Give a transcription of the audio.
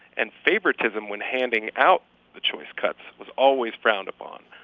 and favoritism when handing out the choice cuts was always frowned upon,